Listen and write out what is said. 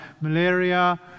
malaria